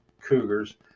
cougars